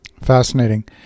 Fascinating